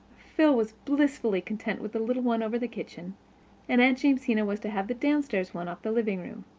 phil was blissfully content with the little one over the kitchen and aunt jamesina was to have the downstairs one off the living-room.